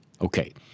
Okay